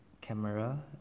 camera